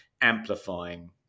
amplifying